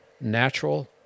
natural